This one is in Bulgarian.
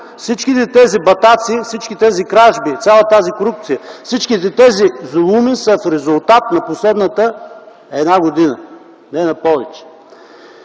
Всичките тези батаци, всичките тези кражби и цялата тази корупция, всичките тези зулуми са в резултат на последната една година, не на повече.